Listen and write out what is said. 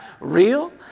real